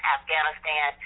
Afghanistan